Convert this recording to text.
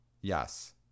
Yes